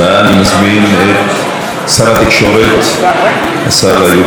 אני מזמין את שר התקשורת, השר איוב קרא.